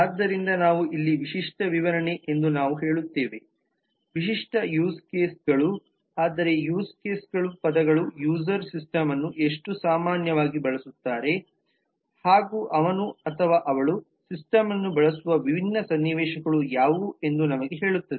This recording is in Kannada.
ಆದ್ದರಿಂದ ನಾವು ಇಲ್ಲಿ ವಿಶಿಷ್ಟ ವಿವರಣೆ ಎಂದು ನಾವು ಹೇಳುತ್ತೇವೆ ವಿಶಿಷ್ಟ ಯೂಸ್ ಕೇಸ್ಗಳು ಅಂದರೆ ಯೂಸ್ ಕೇಸ್ ಪದಗಳು ಯೂಸರ್ ಸಿಸ್ಟಮನ್ನು ಎಷ್ಟು ಸಾಮಾನ್ಯವಾಗಿ ಬಳಸುತ್ತಾರೆಹಾಗು ಅವನು ಅಥವಾ ಅವಳು ಸಿಸ್ಟಮನ್ನು ಬಳಸುವ ವಿಭಿನ್ನ ಸನ್ನಿವೇಶಗಳು ಯಾವುವು ಎಂದು ನಮಗೆ ಹೇಳುತ್ತದೆ